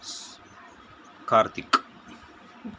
ಸ್ ಕಾರ್ತಿಕ್